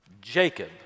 Jacob